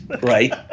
right